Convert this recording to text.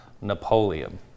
Napoleon